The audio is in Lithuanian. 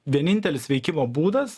vienintelis veikimo būdas